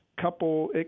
couple –